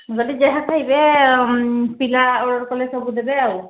ଯଦି ଯାହା ଖାଇବେ ପିଲା ଅର୍ଡର୍ କଲେ ସବୁ ଦେବେ ଆଉ